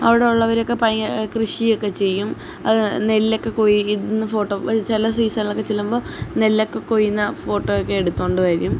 അവിടെയുള്ളവരൊക്കെ പയ്യെ കൃഷിയൊക്കെ ചെയ്യും അതുപോലെ നെല്ലൊക്കെ കൊയ്യുന്ന ഫോട്ടോ അത് ചില സീസണിലൊക്കെ ചെല്ലുമ്പം നെല്ലൊക്കെ കൊയ്യുന്ന ഫോട്ടോ ഒക്കെ എടുത്തുകൊണ്ടുവരും